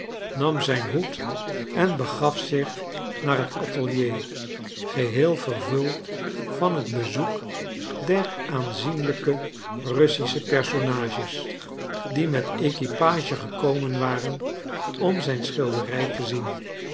nam zijn hoed en begaf zich naar het atelier geheel vervuld van het bezoek dezer aanzienlijke russische personages die met équipage gekomen waren om zijn schilderij te zien